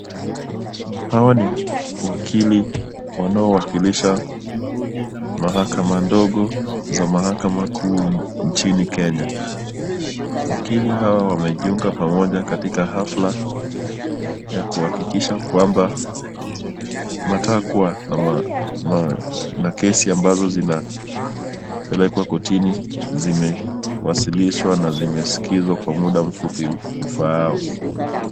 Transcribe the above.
Hawa ni wakili wanaowakilisa mahakama ndogo za mahakama kuu nchini Kenya. Wakili hawa wamejiunga pamoja katika hafla ya kuhakikisha kwamba matakwa na kesi ambazo zinapelekwa kortini zimewasilishwa na zimesikizwa kwa mda mfupi ufaao.